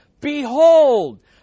Behold